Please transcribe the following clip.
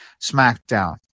SmackDown